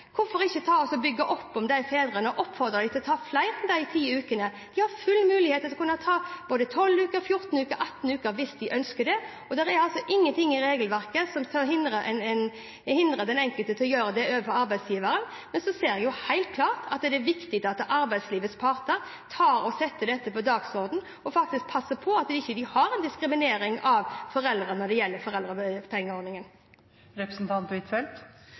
Hvorfor ikke bygge opp om de fedrene og oppfordre dem til å ta flere enn de ti ukene? De har full mulighet til å kunne ta både 12 uker, 14 uker og 18 uker hvis de ønsker det, og det er ingenting i regelverket som hindrer den enkelte i å gjøre det overfor arbeidsgiveren. Men jeg ser helt klart at det er viktig at arbeidslivets parter setter dette på dagsordenen, og faktisk passer på at de ikke har en diskriminering av foreldre når det gjelder